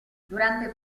durante